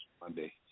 Monday